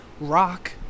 Rock